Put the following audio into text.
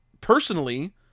personally